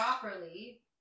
properly